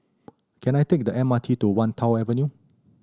can I take the M R T to Wan Tho Avenue